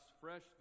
fresh